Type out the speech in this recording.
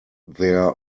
their